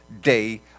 day